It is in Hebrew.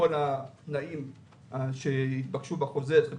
בכל התנאים שהן התבקשו בחוזר.